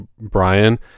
brian